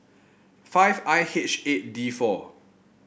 five I H eight D four